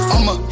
I'ma